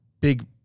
big